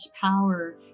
power